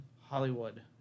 Hollywood